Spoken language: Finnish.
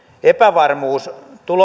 epävarmuus